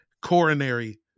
coronary